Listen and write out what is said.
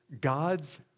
God's